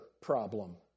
problem